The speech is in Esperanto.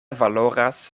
valoras